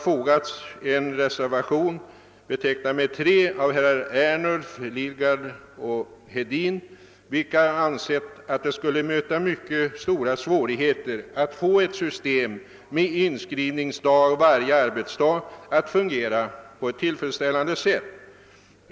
framhåller att det skulle möta mycket stora svårigheter att få ett system med inskrivningsdag varje arbetsdag att fungera tillfredsställande.